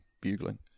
bugling